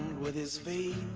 with his feet